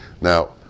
Now